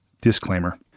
disclaimer